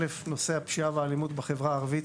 נושא הפשיעה והאלימות בחברה הערבית.